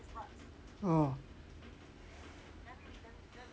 oh